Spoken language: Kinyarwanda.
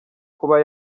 kuba